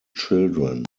children